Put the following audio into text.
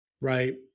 Right